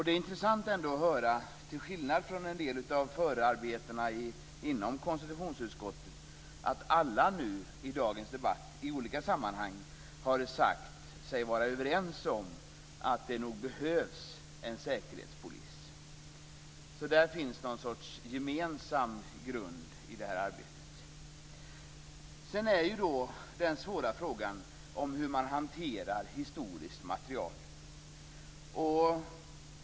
Det är intressant att höra att alla i olika sammanhang i dagens debatt, till skillnad från förarbetena inom konstitutionsutskottet, har sagt sig vara överens om att det nog behövs en säkerhetspolis. Där finns någon sorts gemensam grund i det här arbetet. Den svåra frågan är hur man hanterar historiskt material.